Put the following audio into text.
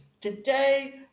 Today